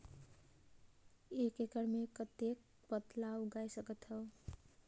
एक एकड़ मे कतेक पताल उगाय सकथव?